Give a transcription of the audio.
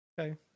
Okay